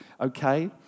Okay